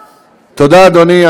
תודה, אדוני.